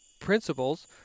principles